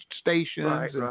stations